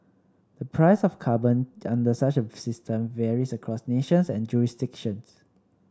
the price of carbon under such a system varies across nations and jurisdictions